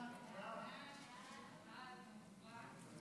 ההצעה להעביר את הצעת